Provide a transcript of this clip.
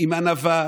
עם ענווה,